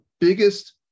biggest